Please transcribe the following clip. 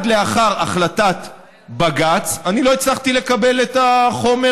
שעד לאחר החלטת בג"צ לא הצלחתי לקבל את החומר